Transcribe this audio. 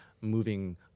moving